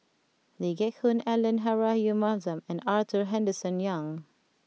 Lee Geck Hoon Ellen Rahayu Mahzam and Arthur Henderson Young